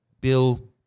Bill